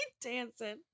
Dancing